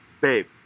Babe